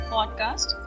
Podcast